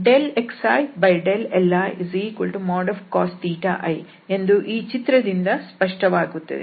xili|cos i | ಎಂದು ಈ ಚಿತ್ರದಿಂದ ಸ್ಪಷ್ಟವಾಗುತ್ತದೆ